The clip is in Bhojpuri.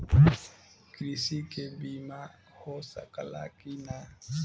कृषि के बिमा हो सकला की ना?